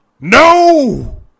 No